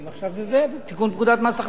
עכשיו זה זה, תיקון פקודת מס הכנסה.